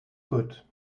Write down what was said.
good